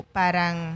parang